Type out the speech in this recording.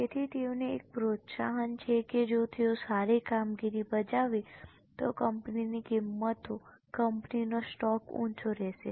તેથી તેઓને એક પ્રોત્સાહન છે કે જો તેઓ સારી કામગીરી બજાવે તો કંપનીની કિંમતો કંપનીનો સ્ટોક ઊંચો રહેશે